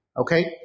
okay